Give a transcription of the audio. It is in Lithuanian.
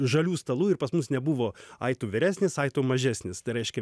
žalių stalų ir pas mus nebuvo ai tu vyresnis ai tu mažesnis tai reiškia